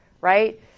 right